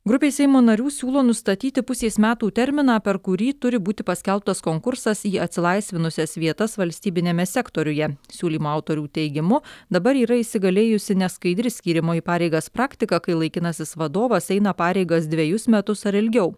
grupė seimo narių siūlo nustatyti pusės metų terminą per kurį turi būti paskelbtas konkursas į atsilaisvinusias vietas valstybiniame sektoriuje siūlymo autorių teigimu dabar yra įsigalėjusi neskaidri skyrimo į pareigas praktika kai laikinasis vadovas eina pareigas dvejus metus ar ilgiau